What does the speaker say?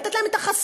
לתת להם את החסות,